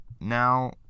now